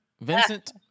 Vincent